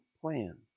plan